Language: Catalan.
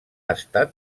estat